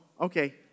okay